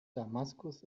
damaskus